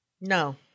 No